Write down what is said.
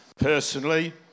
personally